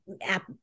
app